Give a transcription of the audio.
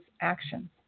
action